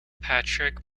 patrick